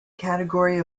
category